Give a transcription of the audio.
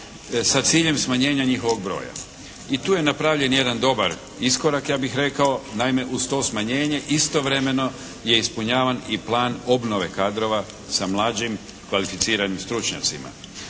sa ciljem smanjenja njihovog broja i tu je napravljen jedan dobar iskorak ja bih rekao. Naime, uz to smanjenje istovremeno je ispunjavan i plan obnove kadrova sa mlađim, kvalificiranim stručnjacima.